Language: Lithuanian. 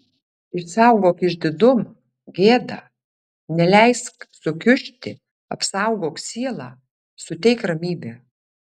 išsaugok išdidumą gėdą neleisk sukiužti apsaugok sielą suteik ramybę